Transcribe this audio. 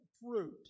fruit